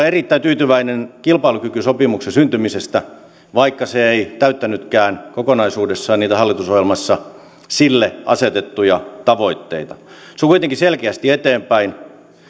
erittäin tyytyväinen kilpailukykysopimuksen syntymisestä vaikka se ei täyttänytkään kokonaisuudessaan niitä hallitusohjelmassa sille asetettuja tavoitteita se vie kuitenkin selkeästi eteenpäin